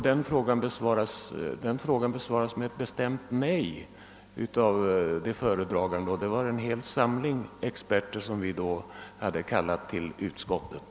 Den frågan besvarades med ett bestämt nej av de föredragande, och det var en hel samling experter som då hade kallats till utskottet.